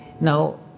Now